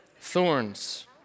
thorns